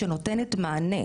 שנותנת מענה,